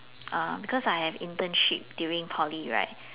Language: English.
uh because I have internship during poly right